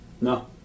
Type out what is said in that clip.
No